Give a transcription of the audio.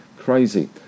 crazy